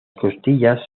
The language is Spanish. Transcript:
costillas